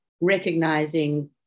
recognizing